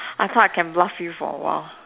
I thought I can bluff you for a while